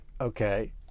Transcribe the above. okay